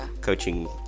coaching